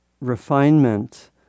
refinement